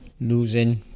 losing